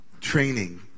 training